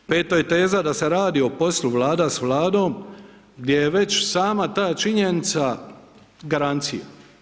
Peto je teza da se o poslu Vlada s Vladom gdje je već sama ta činjenica garancija.